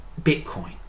Bitcoin